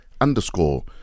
underscore